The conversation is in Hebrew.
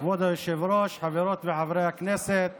חברת הכנסת